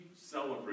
celebrate